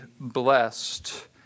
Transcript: blessed